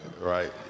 right